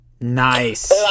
Nice